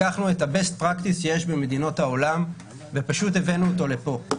לקחנו את ה-best practice שיש במדינות העולם ופשוט הבאנו אותו לפה.